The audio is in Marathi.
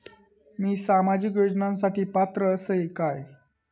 मी सामाजिक योजनांसाठी पात्र असय काय?